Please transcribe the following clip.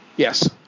Yes